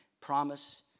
promise